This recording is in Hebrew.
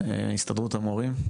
הסתדרות המורים.